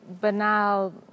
banal